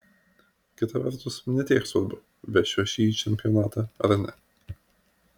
kita vertus ne tiek svarbu vešiu aš jį į čempionatą ar ne